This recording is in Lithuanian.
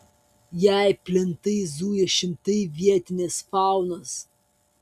jei plentais zuja šimtai vietinės faunos